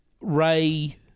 Ray